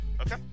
Okay